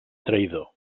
traïdor